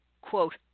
quote